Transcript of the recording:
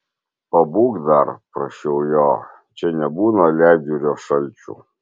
pabūk dar prašiau jo čia nebūna ledjūrio šalčių